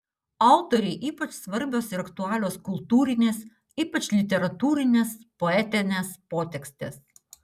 autorei ypač svarbios ir aktualios kultūrinės ypač literatūrinės poetinės potekstės